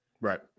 Right